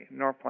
Norplant